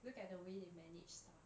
look at the way they manage staff